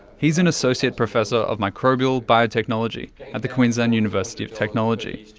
he's an associate professor of microbial biotechnology at the queensland university of technology,